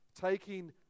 taking